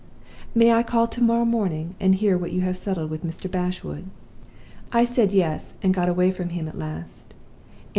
may i call to-morrow morning, and hear what you have settled with mr. bashwood i said yes, and got away from him at last.